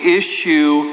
issue